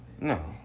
No